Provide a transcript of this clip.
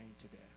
today